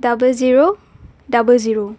double zero double zero